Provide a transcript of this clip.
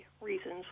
reasons